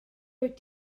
wyt